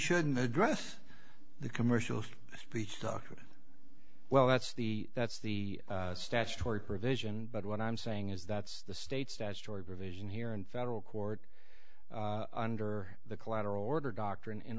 shouldn't address the commercial speech doctrine well that's the that's the statutory provision but what i'm saying is that's the state statutory provision here in federal court under the collateral